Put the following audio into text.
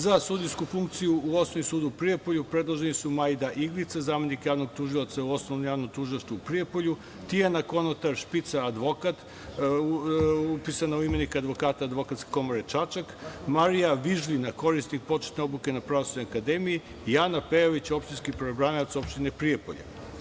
Za sudijsku funkciju u Osnovnom sudu u Prijepolju predloženi su: Majda Iglica, zamenik javnog tužioca za Osnovno javno tužilaštvo u Prijepolju, Tijana Konatar Špica, advokat, upisana u imenik advokata Advokatske komore Čačak, Marija Vižljina, korisnik početne obuke na Pravosudnoj akademiji, Jana Pejović, opštinski pravobranilac opštine Prijepolje.